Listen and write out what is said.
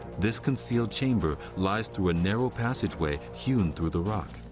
this concealed chamber lies through a narrow passageway hewn through the rock.